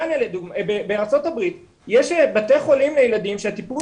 בארצות הברית יש בתי חולים לילדים שהטיפול